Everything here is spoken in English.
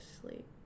sleep